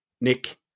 Nick